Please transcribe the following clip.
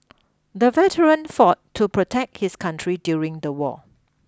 the veteran fought to protect his country during the war